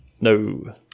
No